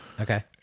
okay